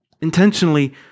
Intentionally